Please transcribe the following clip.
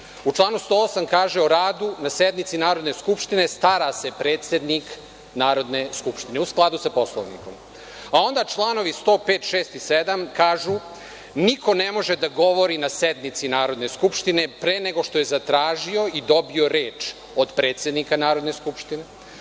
U članu 108. kaže – o radu na sednici Narodne skupštine stara se predsednik Narodne skupštine u skladu sa Poslovnikom. Onda, članovi 105, 106. i 107. kažu – niko ne može da govori n a sednici Narodne skupštine pre nego što je zatražio i dobio reč od predsednika Narodne skupštine. Zatim,